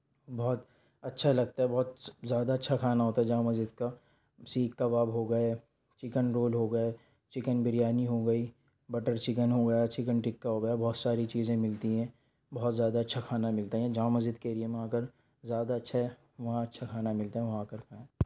بہت اچھا لگتا ہے بہت زیادہ اچھا کھانا ہوتا ہے جامع مسجد کا سیخ کباب ہو گئے چکن رول ہو گئے چکن بریانی ہوگئی بٹر چکن ہو گیا چکن ٹکا ہو گیا بہت ساری چیزیں ملتی ہیں بہت زیادہ اچھا کھانا ملتا ہے یہاں جامع مسجد کے ایریے میں آ کر زیادہ اچھا ہے وہاں اچھا کھانا ملتا ہے وہاں آکر کھائیں